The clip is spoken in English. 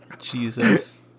Jesus